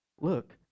Look